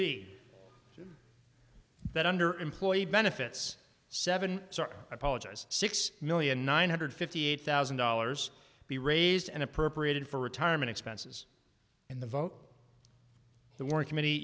be that under employee benefits seven apologize six million nine hundred fifty eight thousand dollars be raised and appropriated for retirement expenses and the vote the work committee